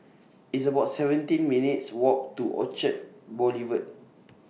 It's about seventeen minutes' Walk to Orchard Boulevard